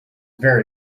very